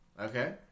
Okay